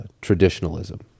traditionalism